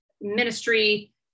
ministry